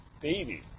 baby